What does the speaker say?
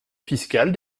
fiscale